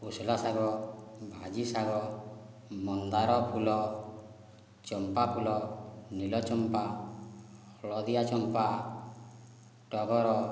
କୋଶଳା ଶାଗ ଭାଜି ଶାଗ ମନ୍ଦାର ଫୁଲ ଚମ୍ପା ଫୁଲ ନୀଳ ଚମ୍ପା ହଳଦିଆ ଚମ୍ପା ଟଗର